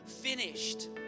finished